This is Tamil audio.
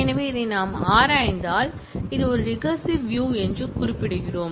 எனவே இதை நாம் ஆராய்ந்தால் அது ஒரு ரிகாரசிவ் வியூ என்று குறிப்பிடுகிறோம்